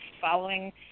following